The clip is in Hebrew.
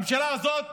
הממשלה הזאת,